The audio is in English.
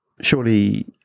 Surely